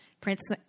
Prince